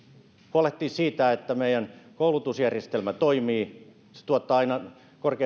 huolehtia siitä että meidän koulutusjärjestelmämme toimii että se tuottaa aina